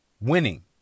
Winning